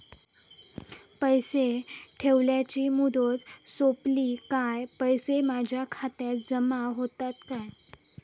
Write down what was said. पैसे ठेवल्याची मुदत सोपली काय पैसे माझ्या खात्यात जमा होतात काय?